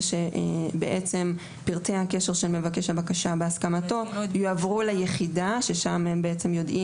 בעצם פרטי הקשר של מבקש הבקשה בהסכמתו יועברו ליחידה שם הם יודעים